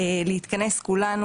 להתכנס כולנו,